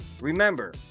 Remember